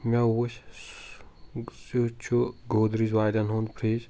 مےٚ وٕچھ سُہ چھُ گودریج والٮ۪ن ہُنٛد فرج